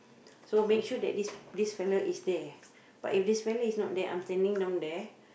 so make sure that this this fella is there but if this fella is not there I'm standing down there